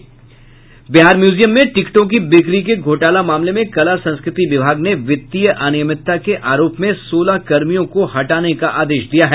Bihar museum में टिकटों की बिक्री के घोटाला मामले में कला संस्कृति विभाग ने वित्तीय अनियमितता के आरोप में सोलह कर्मियों को हटाने का आदेश दिया है